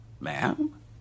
Ma'am